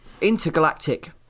Intergalactic